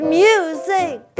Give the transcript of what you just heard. music